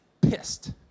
pissed